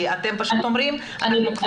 כי אתם פשוט אומרים שאתם כבר עושים את זה.